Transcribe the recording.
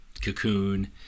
cocoon